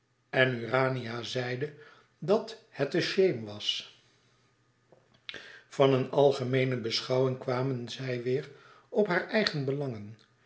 en urania zeide dat het a shame was van een algemeene beschouwing kwamen zij weêr op hare eigen belangen